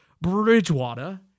Bridgewater